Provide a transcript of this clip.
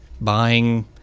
buying